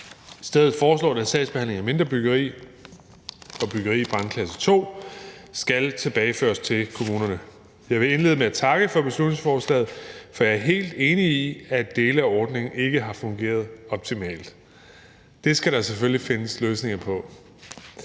stedet foreslås det, at sagsbehandlingen af mindre byggeri og byggeri i brandklasse 2 skal tilbageføres til kommunerne. Jeg vil indlede med at takke for beslutningsforslaget, for jeg er helt enig i, at dele af ordningen ikke har fungeret optimalt. Det skal der selvfølgelig findes løsninger på.